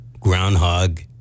Groundhog